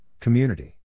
community